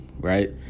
right